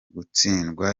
gutsindwa